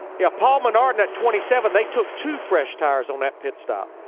yeah paul menard in that twenty seven, they took two fresh tires on that pit stop.